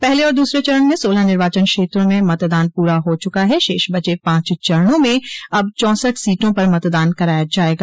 पहले और दूसरे चरण में सोलह निर्वाचन क्षेत्रों में मतदान पूरा हो चुका है शेष बचे पांच चरणों में अब चौसठ सीटों पर मतदान कराया जायेगा